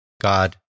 God